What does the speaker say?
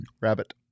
Rabbit